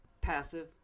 Passive